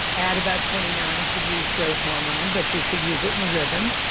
at about twenty nine should use growth hormone, but you should use it in a rhythm.